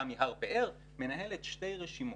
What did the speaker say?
תמי הר פאר מנהלת שתי רשימות.